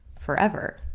forever